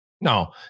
No